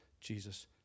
Jesus